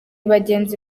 bagenzi